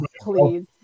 Please